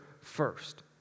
first